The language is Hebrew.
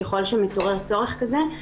ככל שמתעורר צורך כזה.